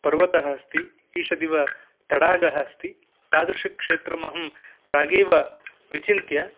पर्वतः अस्ति ईषदिव तडागः अस्ति तादृशं क्षेत्रम् अहं प्रागेव विचिन्त्य